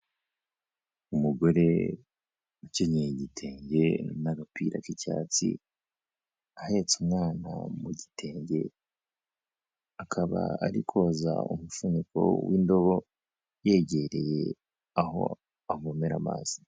Umugore ukenyeye igitenge n'agapira k'icyatsi, ahetse umwana mu gitenge, akaba ari koza umufuniko w'indobo yegereye aho avomera amazi.